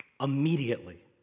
immediately